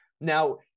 Now